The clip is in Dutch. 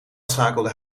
schakelde